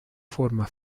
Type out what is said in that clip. forma